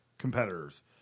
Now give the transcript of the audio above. competitors